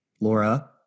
Laura